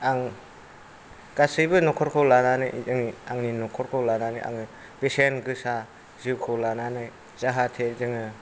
आं गासैबो न'खरखौ लानानै जोंनि आंनि न'खरखौ लानानै आङो बेसेनगोसा जिउखौ लानानै जाहाथे जोङो